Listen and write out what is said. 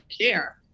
care